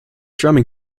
drumming